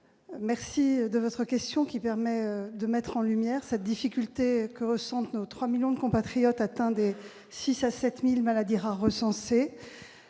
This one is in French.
merci de votre question, qui permet de mettre en lumière cette difficulté que ressentent nos 3 millions de compatriotes atteints des 6 000 à 7 000 maladies rares recensées.